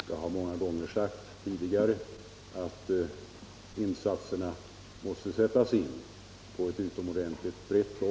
Jag har många gånger tidigare sagt att insatserna måste sättas in på ett utomordentligt brett fält.